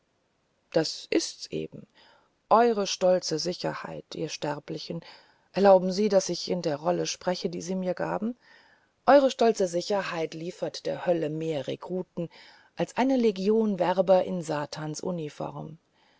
das ist's eben eure stolze sicherheit ihr sterblichen erlauben sie daß ich in der rolle spreche die sie mir gaben eure stolze sicherheit liefert der hölle mehr rekruten als eine legion werber in satans uniform